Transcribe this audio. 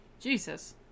Jesus